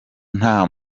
nta